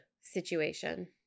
situation